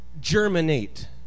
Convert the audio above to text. germinate